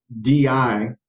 DI